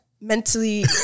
mentally